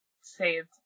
saved